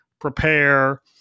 prepare